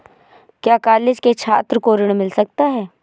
क्या कॉलेज के छात्रो को ऋण मिल सकता है?